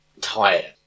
tired